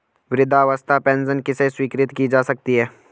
वृद्धावस्था पेंशन किसे स्वीकृत की जा सकती है?